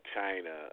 China